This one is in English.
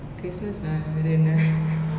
christmas ah அது என்ன:athu enna